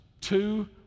two